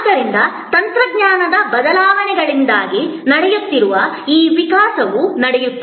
ಆದ್ದರಿಂದ ತಂತ್ರಜ್ಞಾನದ ಬದಲಾವಣೆಗಳಿಂದಾಗಿ ಈ ವಿಕಾಸವು ನಡೆಯುತ್ತಿದೆ